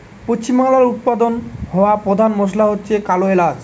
পশ্চিমবাংলায় উৎপাদন হওয়া পোধান মশলা হচ্ছে কালো এলাচ